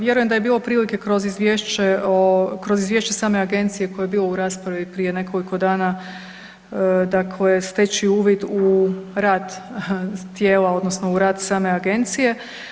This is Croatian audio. Vjerujem da je bilo prilike kroz izvješće, kroz izvješće same agencije koje je bilo u raspravi prije nekoliko dana dakle steći uvid u rad tijela odnosno u rad same agencije.